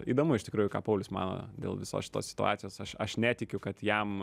įdomu iš tikrųjų ką paulius mano dėl visos šitos situacijos aš aš netikiu kad jam